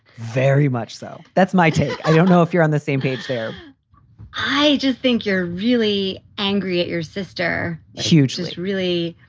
very much so. that's my take. i don't know if you're on the same page here i just think you're really angry at your sister. huge. is it really?